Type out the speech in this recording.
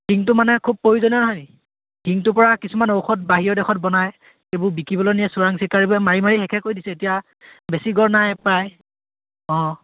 শিংটো মানে খুব প্ৰয়োজনীয় নহয়নি শিংটোৰ পৰা কিছুমান ঔষধ বাহিৰৰ দেশত বনায় সেইবোৰ বিকিবলৈ নিয়ে চোৰাং চিকাৰীবোৰে মাৰি মাৰি শেষেই কৰি দিছে এতিয়া বেছি গঁড় নাই প্ৰায় অঁ